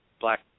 black